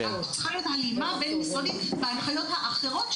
צריכה להיות הלימה בין משרדית בהנחיות האחרות,